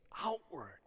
outward